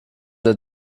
der